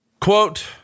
Quote